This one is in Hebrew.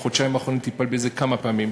בחודשיים האחרונים אני טיפלתי בזה כמה פעמים.